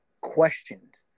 questioned